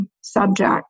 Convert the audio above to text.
subject